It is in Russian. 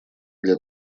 для